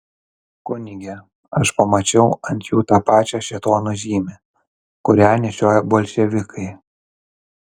kunige aš pamačiau ant jų tą pačią šėtono žymę kurią nešioja bolševikai